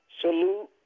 Salute